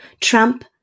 Trump